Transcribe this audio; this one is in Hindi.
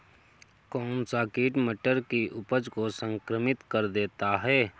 कौन सा कीट मटर की उपज को संक्रमित कर देता है?